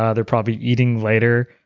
ah they're probably eating later.